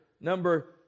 number